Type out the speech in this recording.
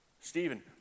Stephen